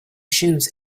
shoes